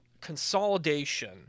consolidation